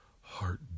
heart